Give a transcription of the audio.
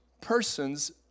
persons